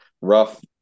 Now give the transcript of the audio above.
rough